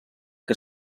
que